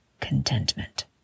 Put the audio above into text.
contentment